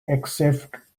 except